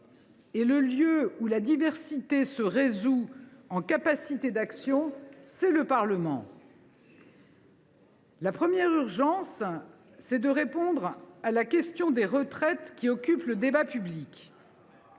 Et le lieu où la diversité se résout en capacité d’action, c’est le Parlement !« La première urgence, c’est de répondre à la question des retraites qui occupe le débat public.